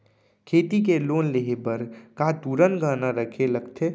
खेती के लोन लेहे बर का तुरंत गहना रखे लगथे?